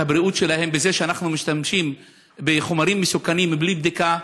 הבריאות שלהם בזה שאנחנו משתמשים בחומרים מסוכנים בלי בדיקה,